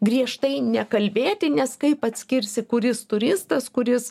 griežtai nekalbėti nes kaip atskirsi kuris turistas kuris